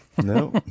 No